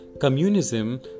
Communism